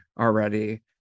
already